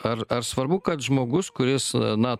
ar ar svarbu kad žmogus kuris na